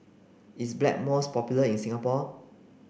is Blackmores popular in Singapore